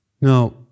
Now